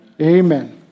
Amen